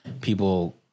people